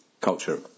culture